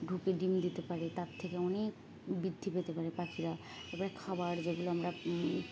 ঢুকে ডিম দিতে পারে তার থেকে অনেক বৃদ্ধি পেতে পারে পাখিরা এপরে খাবার যেগুলো আমরা